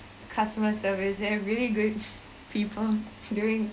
customer service they have really good people doin